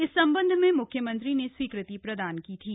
इस सम्बन्ध में मुख्यमंत्री ने स्वीकृति प्रदान की थी